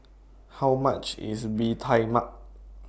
How much IS Bee Tai Mak